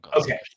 Okay